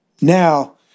Now